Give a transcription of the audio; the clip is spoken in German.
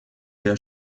der